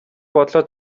бодлоо